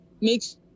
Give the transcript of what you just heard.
makes